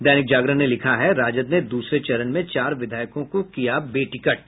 दैनिक जागरण ने लिखा है राजद ने दूसरे चरण में चार विधायकों को किया बेटिकट